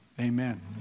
Amen